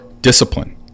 discipline